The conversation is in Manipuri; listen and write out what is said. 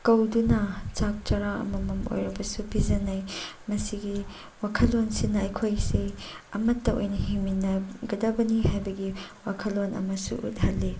ꯀꯧꯗꯨꯅ ꯆꯥꯛ ꯆꯔꯥ ꯑꯃꯃꯝ ꯑꯣꯏꯔꯕꯁꯨ ꯄꯤꯖꯅꯩ ꯃꯁꯤꯒꯤ ꯋꯥꯈꯜꯂꯣꯟꯁꯤꯅ ꯑꯩꯈꯣꯏꯁꯤ ꯑꯃꯃꯠꯇ ꯑꯣꯏꯅ ꯍꯤꯡꯃꯤꯟꯅꯒꯗꯕꯅꯤ ꯍꯥꯏꯕꯒꯤ ꯋꯥꯈꯜꯂꯣꯟ ꯑꯃꯁꯨ ꯎꯠꯍꯜꯂꯤ